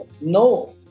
No